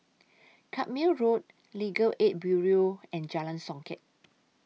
Carpmael Road Legal Aid Bureau and Jalan Songket